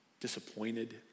disappointed